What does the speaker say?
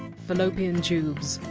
fallopian tubes!